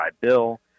bill